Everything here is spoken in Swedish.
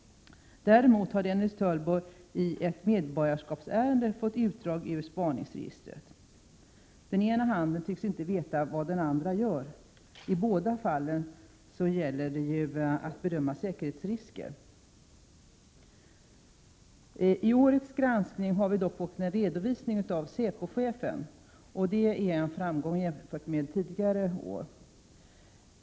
Däremot har Dennis Töllborg i ett medborgarskapsärende fått ett utdrag ur spaningsregistret. Den ena handen tycks inte veta vad den andra gör. I båda fallen gäller det ju att bedöma säkerhetsrisker. Vid årets granskning har vi dock fått en redovisning av säpochefen, vilket är en framgång jämfört med tidigare år.